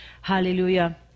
hallelujah